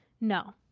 no